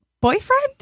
Boyfriend